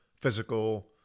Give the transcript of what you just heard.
physical